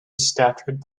scattered